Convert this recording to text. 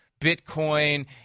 Bitcoin